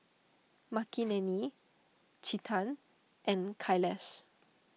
Makineni Chetan and Kailash